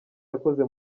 yakoze